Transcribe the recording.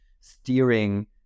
steering